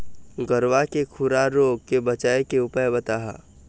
गरवा के खुरा रोग के बचाए के उपाय बताहा?